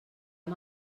amb